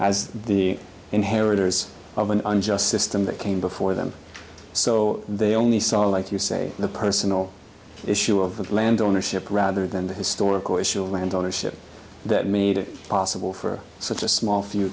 as the inheritors of an unjust system that came before them so they only saw like you say the personal issue of land ownership rather than the historical issue of land ownership that made it possible for such a small few